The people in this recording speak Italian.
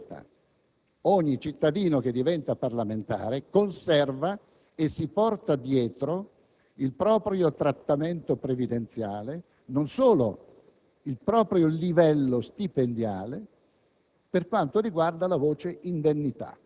una sorta di staffetta per cui ogni cittadino che diventa parlamentare conserva e si porta dietro il proprio trattamento previdenziale, non solo, ma anche il proprio livello stipendiale